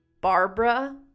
Barbara